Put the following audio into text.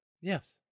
Yes